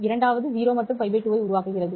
இரண்டாவது 0 மற்றும் π 2 ஐ உருவாக்குகிறது